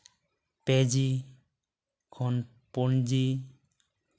ᱯᱮ ᱡᱤ ᱠᱷᱚᱱ ᱯᱩᱱ ᱡᱤ